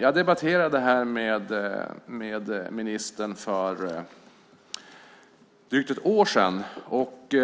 Jag debatterade denna fråga med ministern för drygt ett år sedan, och